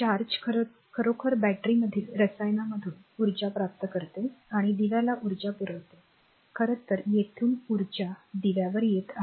शुल्क खरोखर बॅटरीमधील रसायनांमधून उर्जा प्राप्त करते आणि दिवाला उर्जा पुरवते खरंतर येथून उर्जा दिवावर येत आहे